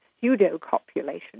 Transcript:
pseudo-copulation